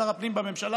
שר הפנים בממשלה,